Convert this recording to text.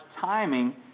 timing